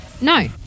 No